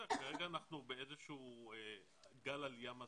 כרגע אנחנו באיזה שהוא גל עלייה מסיבי,